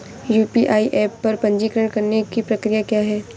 UPI app पर पंजीकरण करने की प्रक्रिया क्या है?